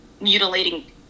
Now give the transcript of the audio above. mutilating